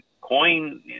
coin